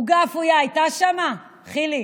עוגה אפויה הייתה שם, חילי?